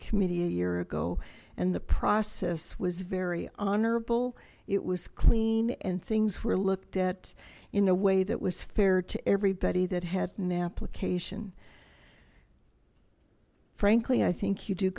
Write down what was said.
committee a year ago and the process was very honorable it was clean and things were looked at in a way that was fair to everybody that had an application frankly i think you do